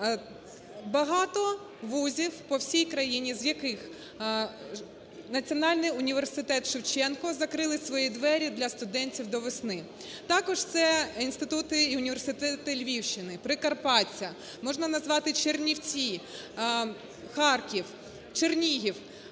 Багато вузів по всій країні, з яких Національний університет Шевченка, закрили свої двері для студентів до весни. Також це інститути і університети Львівщини, Прикарпаття, можна назвати Чернівці, Харків, Чернігів